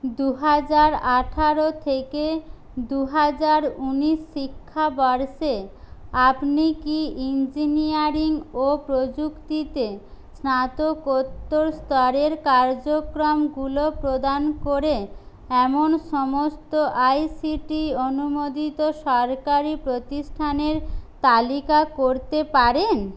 দু হাজার আঠেরো থেকে দু হাজার ঊনিশ শিক্ষাবর্ষে আপনি কি ইঞ্জিনিয়ারিং ও প্রযুক্তিতে স্নাতকোত্তর স্তরের কার্যক্রমগুলো প্রদান করে এমন সমস্ত আইসিটি অনুমোদিত সরকারি প্রতিষ্ঠানের তালিকা করতে পারেন